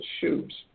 shoes